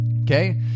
Okay